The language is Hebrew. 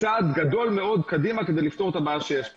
צעד גדול מאוד קדימה כדי לפתור את הבעיה שיש פה.